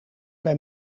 bij